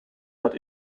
but